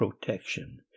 protection